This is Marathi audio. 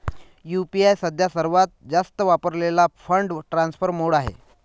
यू.पी.आय सध्या सर्वात जास्त वापरलेला फंड ट्रान्सफर मोड आहे